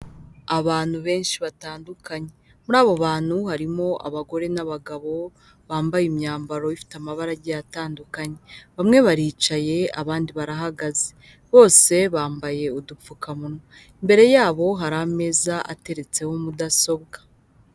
Abantu benshi batandukanye muri abo bantu harimo abagore n'abagabo bambaye imyambaro ifite amabara agiye atandukanye, bamwe baricaye abandi barahagaze bose bambaye udupfukamunwa, imbere yabo hari ameza ateretseho mudasobwa.